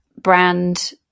brand